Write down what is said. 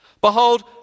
behold